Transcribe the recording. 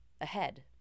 ahead